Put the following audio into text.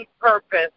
purpose